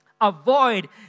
avoid